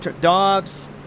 Dobbs